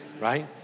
right